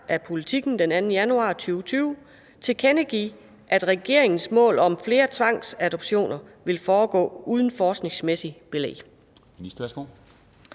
af Politiken den 2. januar 2020, tilkendegive, at regeringens mål om flere tvangsadoptioner vil foregå uden forskningsmæssigt belæg?